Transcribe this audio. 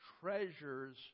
treasures